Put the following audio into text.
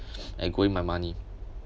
and going my money